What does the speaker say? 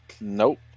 Nope